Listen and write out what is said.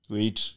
Wait